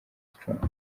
trump